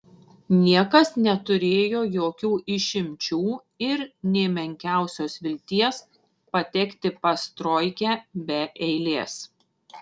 niekas neturėjo jokių išimčių ir nė menkiausios vilties patekti pas troikę be eilės